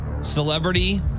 Celebrity